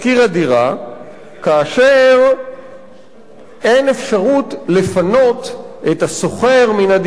הדירה כאשר אין אפשרות לפנות את השוכר מן הדירה,